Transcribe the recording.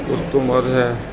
ਉਸ ਤੋਂ ਬਾਅਦ ਹੈ